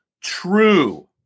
true